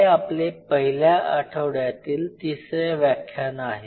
हे आपले पहिल्या आठवड्यातील तिसरे व्याख्यान आहे